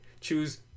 choose